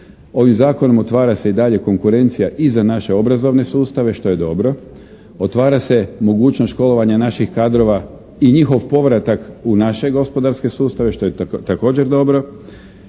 Ovim zakonom otvara se i dalje konkurencija i za naše obrazovne sustave što je dobro, otvara se mogućnost školovanja naših kadrova i njihov povratak u naše gospodarske sustave što je također dobro.